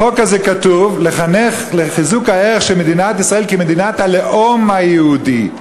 בחוק הזה כתוב: "לחנך לחיזוק הערך של מדינת ישראל כמדינת הלאום היהודי".